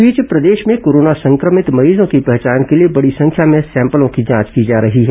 इस बीच प्रदेश में कोरोना संक्रमित मरीजों की पहचान के लिए बडी संख्या में सैंपलों की जांच की जा रही है